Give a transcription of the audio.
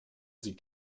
sie